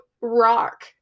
rock